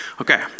Okay